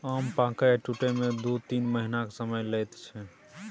आम पाकय आ टुटय मे दु तीन महीनाक समय लैत छै